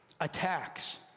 attacks